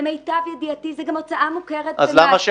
למיטב ידיעתי זו גם הוצאה מוכרת ממס.